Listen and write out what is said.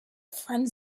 friend